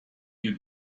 you